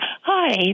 Hi